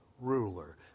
ruler